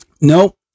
No